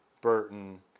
Burton